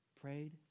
prayed